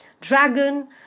dragon